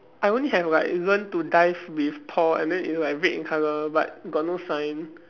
I only have like learn to dive with Paul and then it's like red in colour but got no sign